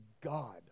God